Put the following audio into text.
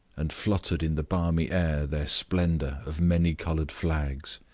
and fluttered in the balmy air their splendor of many-colored flags.